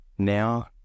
now